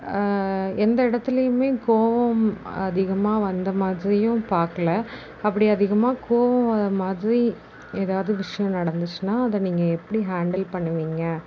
எந்த இடத்துலையுமே கோபம் அதிகமாக வந்த மாதிரியும் பார்க்குல அப்படி அதிகமாக கோபம் வர மாதிரி ஏதாவது விஷயம் நடந்துச்சுன்னா அதை நீங்கள் எப்படி ஹேண்டில் பண்ணுவீங்க